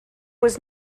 was